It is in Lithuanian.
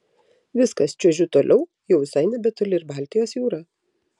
viskas čiuožiu toliau jau visai nebetoli ir baltijos jūra